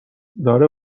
داره